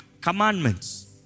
commandments